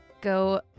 go